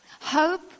Hope